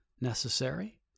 necessary